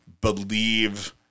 believe